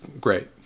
great